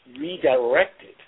redirected